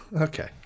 Okay